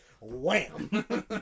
wham